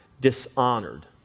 dishonored